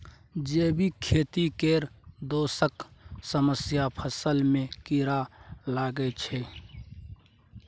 जैबिक खेती केर दोसर समस्या फसल मे कीरा लागब छै